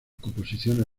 composiciones